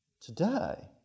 today